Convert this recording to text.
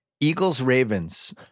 Eagles-Ravens